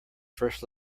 first